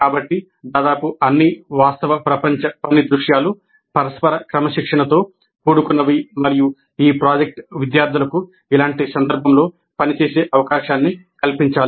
కాబట్టి దాదాపు అన్ని వాస్తవ ప్రపంచ పని దృశ్యాలు పరస్పర క్రమశిక్షణతో కూడుకున్నవి మరియు ఈ ప్రాజెక్ట్ విద్యార్థులకు ఇలాంటి సందర్భంలో పనిచేసే అవకాశాన్ని కల్పించాలి